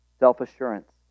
self-assurance